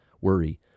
worry